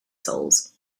souls